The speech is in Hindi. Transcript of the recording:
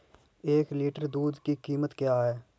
एक लीटर दूध की कीमत क्या है?